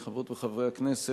חברות וחברי הכנסת,